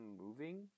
moving